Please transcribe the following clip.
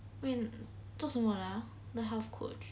wait 做什么的啊那 health coach